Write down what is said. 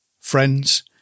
friends